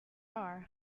are